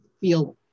feel